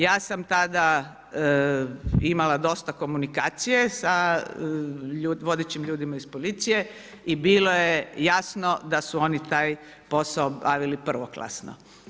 Ja sam tada imala dosta komunikacije sa vodećim ljudima iz policije i bilo je jasno da su oni taj posao obavili prvoklasno.